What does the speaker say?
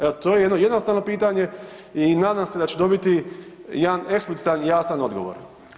Evo, to je jedno jednostavno pitanje i nadam se da ću dobiti jedan eksplicitan i jasan odgovor.